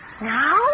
Now